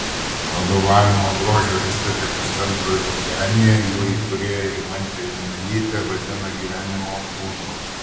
vadovavimą grožio ir estetikos centrui okeanija jo įkūrėja rimantė žiemelytė vadina gyvenimo būdu